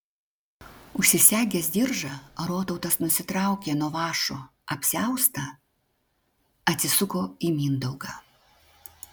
užsisegęs diržą rotautas nusitraukė nuo vąšo apsiaustą atsisuko į mindaugą